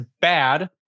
bad